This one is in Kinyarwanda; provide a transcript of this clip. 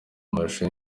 amashusho